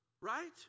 right